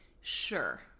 Sure